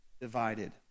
divided